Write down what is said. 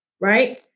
right